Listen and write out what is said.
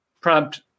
Prompt